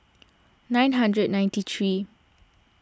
nine hundred ninety three